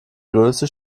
größte